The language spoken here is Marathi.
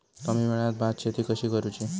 कमी वेळात भात शेती कशी करुची?